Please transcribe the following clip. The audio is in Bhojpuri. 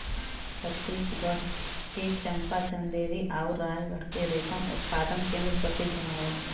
छतीसगढ़ के चंपा, चंदेरी आउर रायगढ़ के रेशम उत्पादन केंद्र प्रसिद्ध हौ